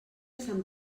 sant